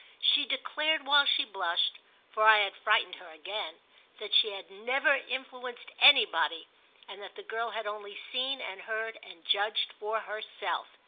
she declared while she blushed for i had frightened her again that she had never influenced anybody and that the girl had only seen and heard and judged for herself.